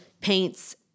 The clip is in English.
paints